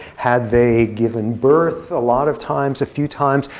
had they given birth, a lot of times, a few times,